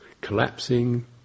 collapsing